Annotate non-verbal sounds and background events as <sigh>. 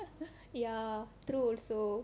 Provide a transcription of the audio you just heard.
<laughs> ya true also